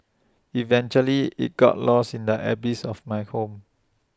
eventually IT got lost in the abyss of my home